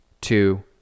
two